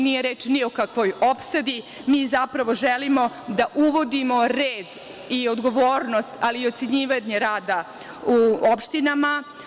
Nije reč ni o kakvoj opsadi, mi zapravo želimo da uvodimo red i odgovornost ali i ocenjivanje rada u opštinama.